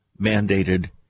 mandated